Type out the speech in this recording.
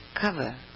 cover